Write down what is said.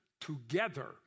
together